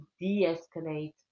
de-escalate